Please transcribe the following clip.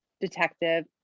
detective